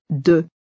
de